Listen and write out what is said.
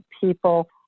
people